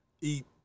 eat